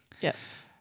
Yes